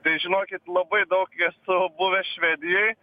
tai žinokit labai daug esu buvęs švedijoj